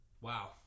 Wow